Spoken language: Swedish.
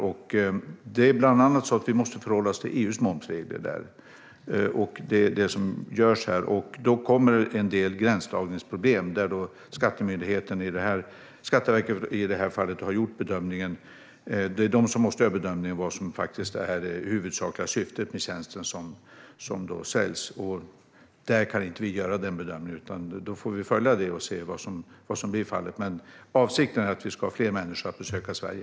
Vi måste bland annat förhålla oss till EU:s momsregler. Då uppstår det en del gränsdragningsproblem. Det är Skatteverket som måste göra bedömningen av vad som är det huvudsakliga syftet med den tjänst som säljs. Där kan vi inte göra någon bedömning, utan vi får följa Skatteverkets hantering. Men avsikten är att få fler människor att besöka Sverige.